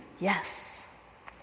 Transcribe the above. Yes